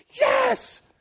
yes